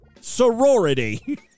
sorority